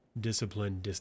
discipline